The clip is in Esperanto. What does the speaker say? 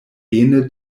ene